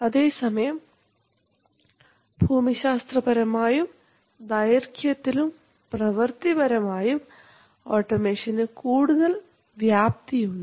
അതേസമയം ഭൂമിശാസ്ത്രപരമായും ദൈർഘ്യത്തിലും പ്രവർത്തിപരമായും ഓട്ടോമേഷന് കൂടുതൽ വ്യാപ്തി ഉണ്ട്